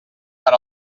per